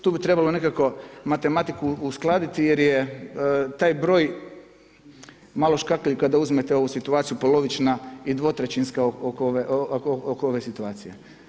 Tu bi trebalo nekako matematiku uskladiti jer je taj broj malo škakljiv kada uzmete ovu situaciju, polovična i dvotrećinska oko ove situacije.